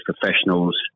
professionals